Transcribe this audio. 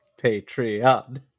patreon